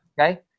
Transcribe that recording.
Okay